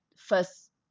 first